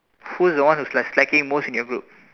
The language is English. who's the one who's slack slacking most in your group